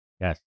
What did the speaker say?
Yes